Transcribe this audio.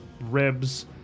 ribs